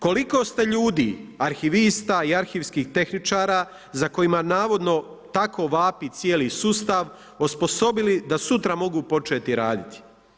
Koliko ste ljudi arhivista i arhivskih tehničara za kojima navodno tako vapi cijeli sustav osposobili da sutra mogu početi raditi?